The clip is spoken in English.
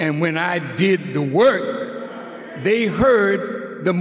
and when i did the work or they heard the